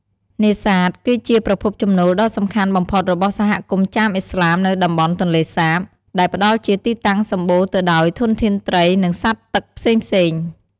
នេសាទ គឺជាប្រភពចំណូលដ៏សំខាន់បំផុតរបស់សហគមន៍ចាមឥស្លាមនៅតំបន់ទន្លេសាប ដែលផ្តល់ជាទីតាំងសម្បូរទៅដោយធនធានត្រី និងសត្វទឹកផ្សេងៗ។